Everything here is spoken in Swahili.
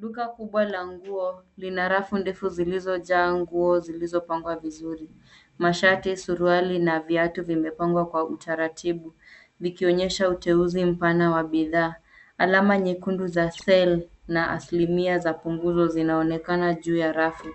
Duka kubwa la nguo lina rafu ndefu zilizojaa nguo zilizopangwa vizuri. Mashati, suruali na viatu vimepangwa kwa utaratibu vikionyesha uteuzi mpana wa bidhaa. Alama nyekundu za sale na asilimia za punguzu zinaonekana juu ya rafu